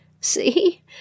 See